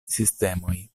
sistemoj